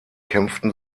kämpften